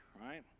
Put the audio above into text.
right